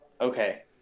Okay